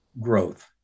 growth